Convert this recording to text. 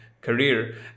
career